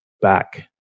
back